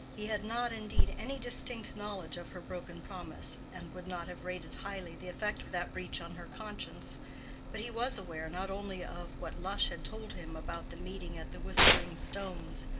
he had not, indeed, any distinct knowledge of her broken promise, and would not have rated highly the effect of that breach on her conscience but he was aware not only of what lush had told him about the meeting at the whispering stones,